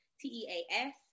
T-E-A-S